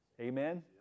Amen